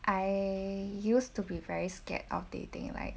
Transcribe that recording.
I used to be very scared of dating like